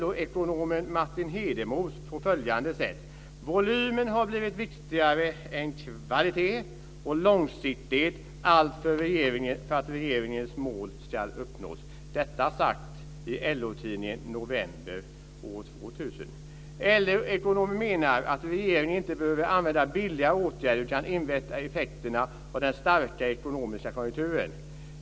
LO-ekonomen Martin Hedenmo säger följande: Volymen har blivit viktigare än kvalitet och långsiktighet, allt för att regeringens mål ska uppnås. Detta är sagt i LO-tidningen i november år 2000. LO-ekonomen menar att regeringen inte behöver använda billiga åtgärder utan kan invänta effekterna av den starka ekonomiska konjunkturen.